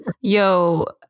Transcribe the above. Yo